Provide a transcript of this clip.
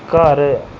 ਘਰ